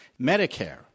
Medicare